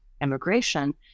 immigration